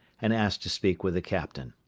and asked to speak with the captain.